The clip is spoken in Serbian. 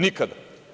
Nikada.